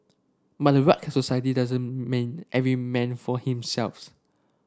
but a rugged society doesn't mean every man for